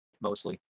mostly